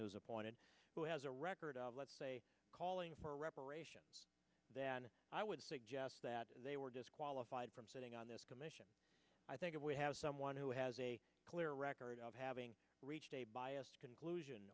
is appointed who has a record of let's say calling for reparation that i would suggest that they were disqualified from sitting on this commission i think we have someone who has a clear record of having reached a biased conclusion